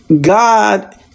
God